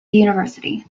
university